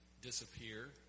disappear